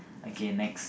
okay next